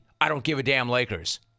I-don't-give-a-damn-Lakers